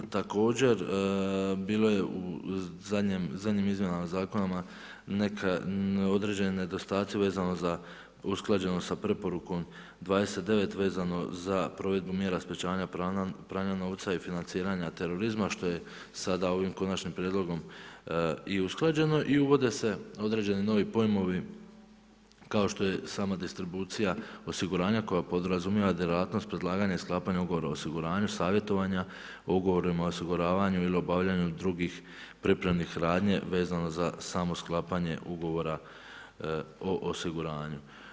Također bilo je u zadnjim izmjenama zakona neka određeni nedostaci vezano za usklađenost s preporukom 29 vezano za provedbu mjera sprječavanja pranja novca i financiranja terorizma, što je sada ovim Konačnim prijedlogom i usklađeno i uvode se određeni novi pojmovi kao što je sama distribucija osiguranja koja podrazumijeva djelatnost predlaganja i sklapanja Ugovora o osiguranju, savjetovanja o Ugovorima o osiguravanju ili obavljanju drugih pripremnih radnji vezano za samo sklapanje Ugovora o osiguranju.